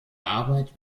arbeit